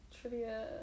trivia